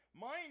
Mind